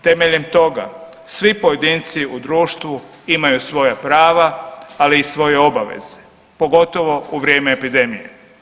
Temeljem toga svi pojedinci u društvu imaju svoja prava, ali i svoje obveze pogotovo u vrijeme epidemije.